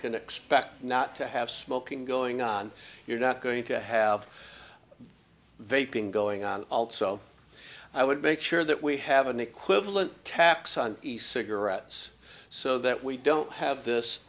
can expect not to have smoking going on you're not going to have vaporing going on also i would make sure that we have an equivalent tax on the cigarettes so that we don't have this